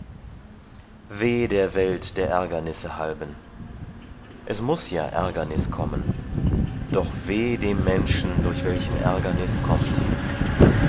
weh der welt der ärgernisse halben es muß ja ärgernis kommen doch weh dem menschen durch welchen ärgernis kommt